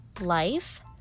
Life